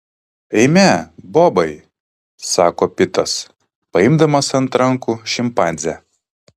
eime bobai sako pitas paimdamas ant rankų šimpanzę